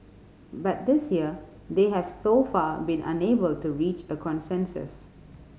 but this year they have so far been unable to reach a consensus